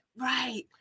right